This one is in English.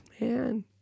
man